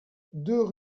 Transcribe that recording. deux